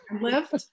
lift